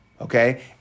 okay